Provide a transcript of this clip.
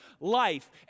life